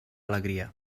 alegria